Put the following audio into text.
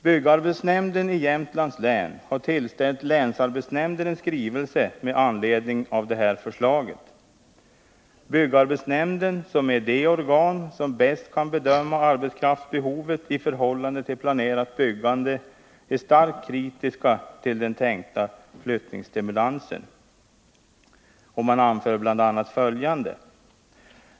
Byggarbetsnämnden i Jämtlands län har tillställt länsarbetsnämnden en skrivelse med anledning av detta förslag. Byggarbetsnämnden, som är det organ som bäst kan bedöma arbetskraftsbehovet i förhållande till planerat byggande, är starkt kritisk till den tänkta flyttningsstimulansen och anför bl.a. följande.